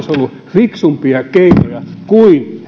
fiksumpia keinoja kuin